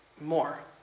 more